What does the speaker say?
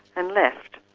and left.